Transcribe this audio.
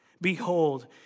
Behold